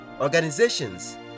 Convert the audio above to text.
organizations